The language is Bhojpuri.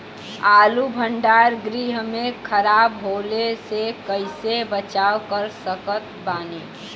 आलू भंडार गृह में खराब होवे से कइसे बचाव कर सकत बानी?